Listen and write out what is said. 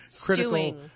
critical